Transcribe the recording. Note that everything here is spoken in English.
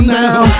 now